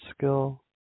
skill